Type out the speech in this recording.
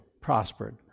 prospered